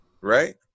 Right